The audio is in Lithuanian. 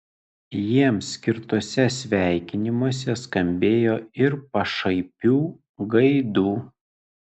jiems skirtuose sveikinimuose skambėjo ir pašaipių gaidų